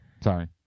Sorry